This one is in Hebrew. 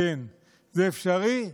כן, זה אפשרי?